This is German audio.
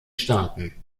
staaten